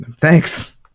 Thanks